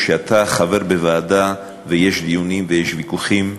כשאתה חבר בוועדה ויש דיונים ויש ויכוחים,